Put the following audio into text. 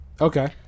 okay